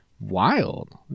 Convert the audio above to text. Wild